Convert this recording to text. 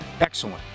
excellent